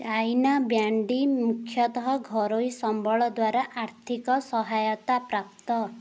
China ବ୍ୟାଣ୍ଡି ମୁଖ୍ୟତଃ ଘରୋଇ ସମ୍ବଳ ଦ୍ୱାରା ଆର୍ଥିକ ସହାୟତା ପ୍ରାପ୍ତ